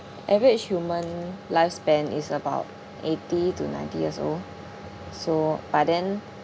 average human lifespan is about eighty to ninety years old so but then